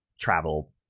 travel